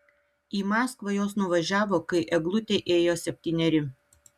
į maskvą jos nuvažiavo kai eglutei ėjo septyneri